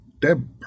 Deb